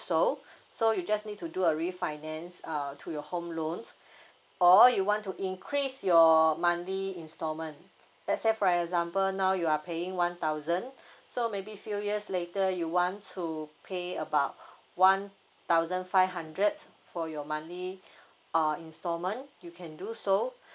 so so you just need to do a refinance err to your home loan or you want to increase your monthly instalment let's say for example now you are paying one thousand so maybe few years later you want to pay about one thousand five hundred for your monthly uh instalment you can do so